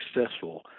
successful